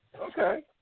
Okay